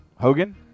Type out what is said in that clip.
hogan